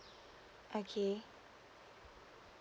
okay